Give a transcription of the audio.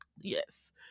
Yes